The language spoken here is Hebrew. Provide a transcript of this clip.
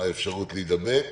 אפשרות להידבק.